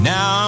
Now